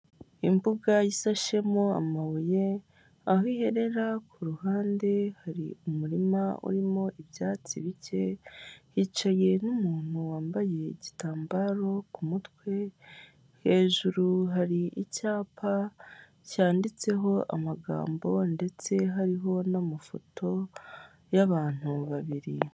Imbuga isashemo amabuye, aho iherera ku ruhande hari umurima urimo ibyatsi bike, hicaye n'umuntu wambaye igitambaro ku mutwe, hejuru hari icyapa cyanditseho amagambo ndetse hariho amafoto y'abantu babiri.